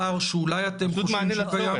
פער שאולי אתם חושבים --- פשוט מענה לצורך.